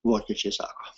vokiečiai sako